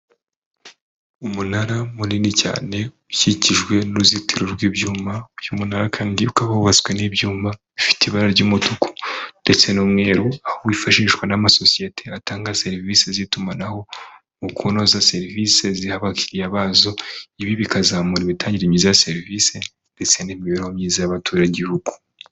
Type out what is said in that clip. Umunara munini cyane ukikijwe n'uruzitiro rw'ibyuma, uyu munara kandi uka wubatswe n'ibyuma bifite ibara ry'umutuku ndetse n'umweru, aho wifashishwa n'amasosiyete atanga serivise z'itumanaho mu kunoza serivise ziha abakiriya bazo. Ibi bikazamura imitangire myiza ya serivise ndetse n'imibereho myiza y'abaturage b'Igihugu.